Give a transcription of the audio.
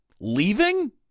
leaving